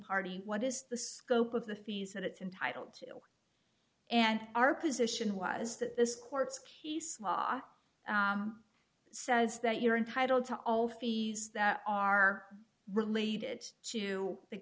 party what is the scope of the fees that it's entitled to and our position was that this court case law says that you are entitled to all fees that are related to the